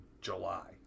July